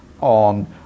on